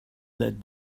that